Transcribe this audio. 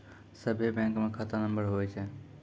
सभे बैंकमे खाता नम्बर हुवै छै